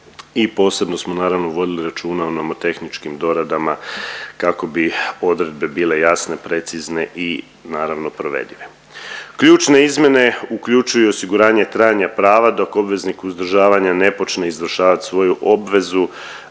posebno smo naravno vodili računa o nomotehničkim doradama kako bi odredbe bile jasne, precizne i naravno provedive. Ključne izmjene uključuju i osiguranje trajanja prava dok obveznik uzdržavanja ne počne izvršavati svoju obvezu,